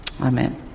Amen